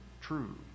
true